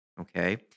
Okay